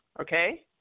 okay